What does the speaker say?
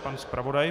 Pan zpravodaj.